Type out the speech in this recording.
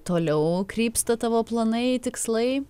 toliau krypsta tavo planai tikslai